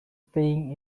staying